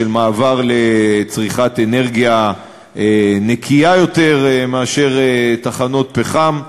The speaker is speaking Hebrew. של מעבר לצריכת אנרגיה נקייה יותר מאשר תחנות פחם,